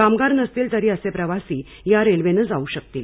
कामगार नसतील तरी असे प्रवाशी या रेल्वेने जाऊ शकतील